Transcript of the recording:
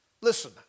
listen